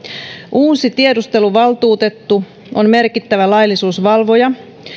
uusi tiedusteluvaltuutettu on merkittävä laillisuusvalvoja